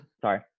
sorry